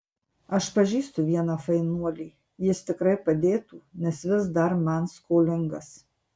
aš pažįstu vieną fainuolį jis tikrai padėtų nes vis dar man skolingas